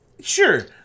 sure